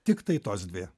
tiktai tos dvi